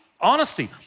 honesty